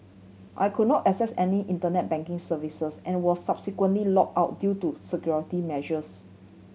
I could not access any Internet banking services and was subsequently locked out due to security measures